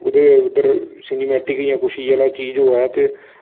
ओह्दे उद्धर सिनमेटिक जियां कुछ चीज होऐ ते